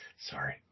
Sorry